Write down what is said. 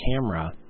camera